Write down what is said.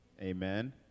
Amen